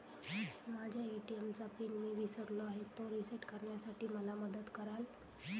माझ्या ए.टी.एम चा पिन मी विसरलो आहे, तो रिसेट करण्यासाठी मला मदत कराल?